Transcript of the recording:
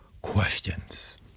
questions